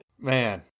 Man